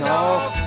off